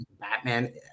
Batman